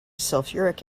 sulfuric